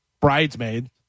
Bridesmaid